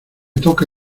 toca